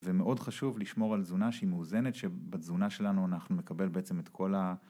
ומאוד חשוב לשמור על תזונה שהיא מאוזנת, שבתזונה שלנו אנחנו מקבל בעצם את כל ה...